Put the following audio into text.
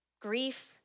grief